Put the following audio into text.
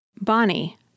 Bonnie